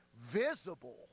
visible